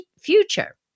future